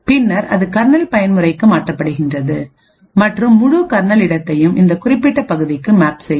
பின்னர் அது கர்னல் பயன்முறைக்கு மாற்றப்படுகின்றது மற்றும் முழு கர்னல் இடத்தையும் இந்த குறிப்பிட்ட பகுதிக்கு மேப் செய்யும்